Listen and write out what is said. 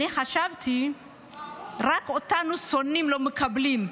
חשבתי שרק אותנו שונאים, לא מקבלים,